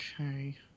Okay